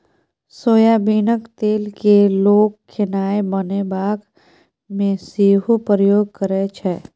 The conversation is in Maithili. सोयाबीनक तेल केँ लोक खेनाए बनेबाक मे सेहो प्रयोग करै छै